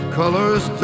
colors